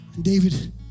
David